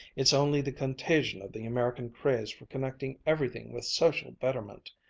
it's only the contagion of the american craze for connecting everything with social betterment,